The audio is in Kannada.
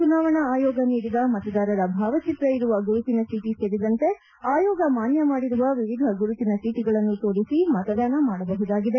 ಚುನಾವಣಾ ಆಯೋಗ ನೀಡಿದ ಮತದಾರರ ಭಾವಚಿತ್ರ ಇರುವ ಗುರುತಿನ ಚೀಟ ಸೇರಿದಂತೆ ಆಯೋಗ ಮಾನ್ಜ ಮಾಡಿರುವ ವಿವಿಧ ಗುರುತಿನ ಚೀಟಗಳನ್ನು ತೋರಿಸಿ ಮತದಾನ ಮಾಡಬಹುದಾಗಿದೆ